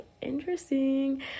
interesting